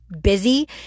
busy